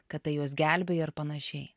kad tai juos gelbėja ir panašiai